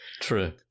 True